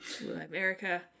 America